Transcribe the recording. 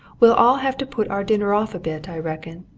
we'll all have to put our dinner off a bit, i reckon.